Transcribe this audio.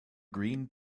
green